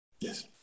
Yes